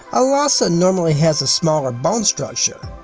a lhasa normally has a smaller bone structure,